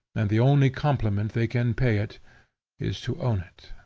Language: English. and the only compliment they can pay it is to own it.